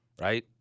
right